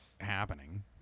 happening